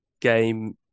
game